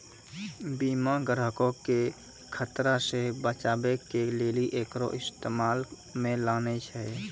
बीमा ग्राहको के खतरा से बचाबै के लेली एकरो इस्तेमाल मे लानै छै